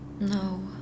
No